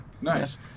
nice